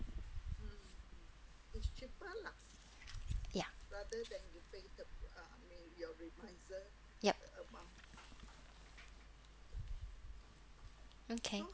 ya yup okay